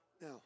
Now